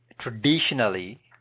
traditionally